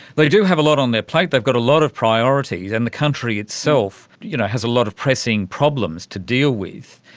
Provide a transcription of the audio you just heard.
they do have a lot on their plate, they've got a lot of priority, and the country itself you know has a lot of pressing problems to deal with.